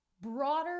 broader